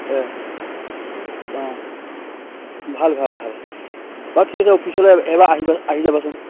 অঁ ভাল ভাল ভাল বাৰু ঠিক আছে অফিচলে এবাৰ আহিব আহি যাবাচোন